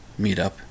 meetup